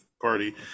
party